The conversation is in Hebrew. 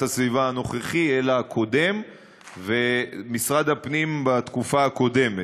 הסביבה המכהן אלא הקודם ומשרד הפנים בתקופה הקודמת.